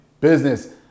business